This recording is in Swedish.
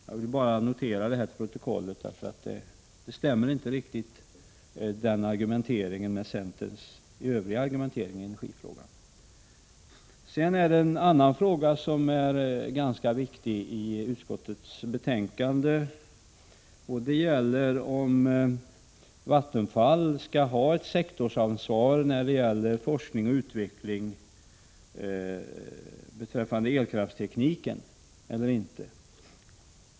Jag vill bara notera detta till protokollet, eftersom denna argumentering inte riktigt stämmer med centerns övriga argumentering i energifrågan. En annan fråga i utskottsbetänkandet är också ganska viktig. Det gäller om Vattenfall skall ha ett sektorsansvar när det gäller forskning och utveckling beträffande elkraftsteknik eller inte.